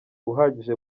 uhagije